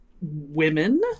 women